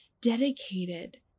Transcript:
dedicated